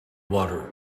water